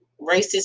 racist